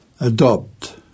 Adopt